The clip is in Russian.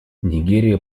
нигерия